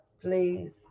please